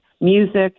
music